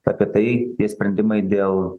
apie tai tie sprendimai dėl